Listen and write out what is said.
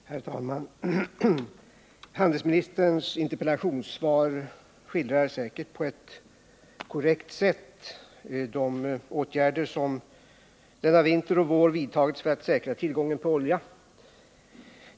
Herr talman! Handelsministerns interpellationssvar skildrar säkert på ett korrekt sätt de åtgärder som denna vinter och vår har vidtagits för att säkra tillgången på olja.